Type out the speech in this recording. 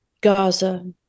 Gaza